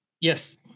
yes